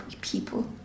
people